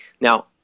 Now